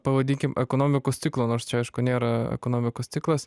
pavadinkim ekonomikos ciklo nors čia aišku nėra ekonomikos ciklas